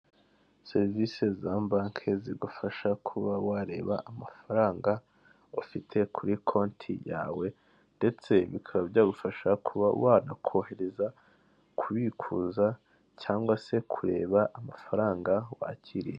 Serivisi za banki zigufasha kuba wareba amafaranga ufite kuri konti yawe, ndetse bikaba byagufasha kuba wanakohereza, kubikuza cyangwa se kureba amafaranga wakiriye.